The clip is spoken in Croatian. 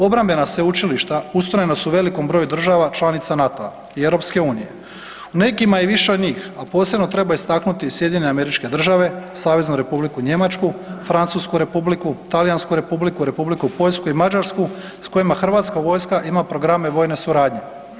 Obrambena sveučilišta ustrojena su u velikom broju država članica NATO-a i EU-a a nekima i više njih a posebno treba istaknuti SAD, Saveznu Republiku Njemačku, Francusku Republiku, Talijansku Republiku, Republiku Poljsku i Mađarsku s kojima Hrvatska vojska ima programe vojne suradnje.